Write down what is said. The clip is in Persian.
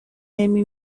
نمی